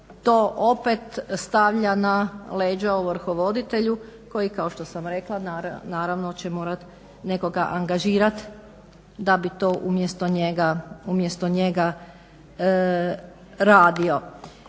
to opet stavlja na leđa ovrhovoditelju koji kao što sam rekli naravno će morati nekoga angažirati da bi to umjesto njega radio.